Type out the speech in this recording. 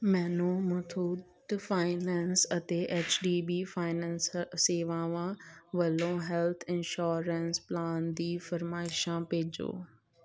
ਮੈਨੂੰ ਮੁਥੂਟ ਫਾਈਨੈਂਸ ਅਤੇ H D B finance ਸੇਵਾਵਾਂ ਵੱਲੋ ਹੈੱਲਥ ਇੰਸੂਰੈਂਸ ਪਲਾਨ ਦੀ ਫਰਮਾਇਸ਼ਾਂ ਭੇਜੋ